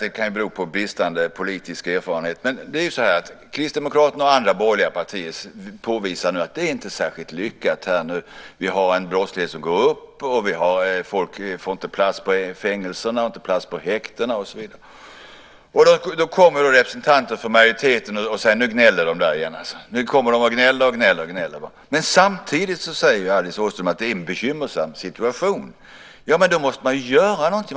Det kan bero på bristande politisk erfarenhet hos mig, men Kristdemokraterna och andra borgerliga partier påvisar att det inte är särskilt lyckat. Brottsligheten ökar, och folk får inte plats på fängelser och häkten. Då säger representanter från majoriteten: Nu gnäller de igen. De bara gnäller och gnäller. Samtidigt säger Alice Åström att situationen är bekymmersam. Ja, men då måste man ju göra någonting.